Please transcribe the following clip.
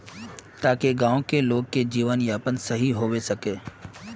ताकि गाँव की लोग के जीवन यापन सही होबे सके?